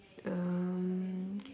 um